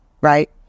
Right